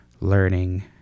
learning